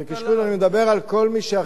אני מדבר על כל מי שאחרי,